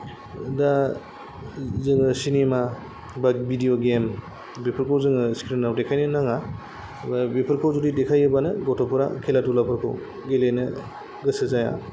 दा जोङो सिनेमा बा भिदिय' गेम बेफोरखौ जोङो स्क्रिनाव देखायनो नाङा बा बेफोरखौ जुदि देखायोबानो गथ'फोरा खेला धुलाफोरखौ गेलेनो गोसो जाया